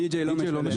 הדי-ג'יי לא משלם.